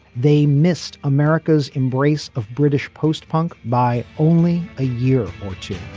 they missed america's embrace of british post punk by only a year two